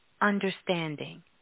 understanding